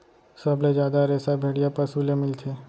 सबले जादा रेसा भेड़िया पसु ले मिलथे